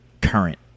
current